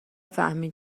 پایین